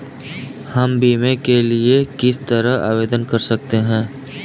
हम बीमे के लिए किस तरह आवेदन कर सकते हैं?